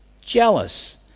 jealous